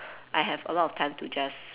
I have a lot of time to just